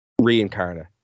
reincarnate